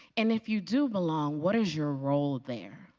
and, if you do belong, what is your role there?